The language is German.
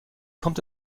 kommt